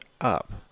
up